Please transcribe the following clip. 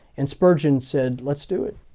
and spurgeon said, let's do it.